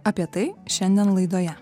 apie tai šiandien laidoje